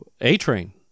A-Train